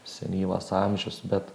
senyvas amžius bet